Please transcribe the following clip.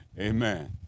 Amen